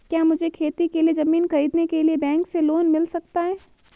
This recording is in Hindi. क्या मुझे खेती के लिए ज़मीन खरीदने के लिए बैंक से लोन मिल सकता है?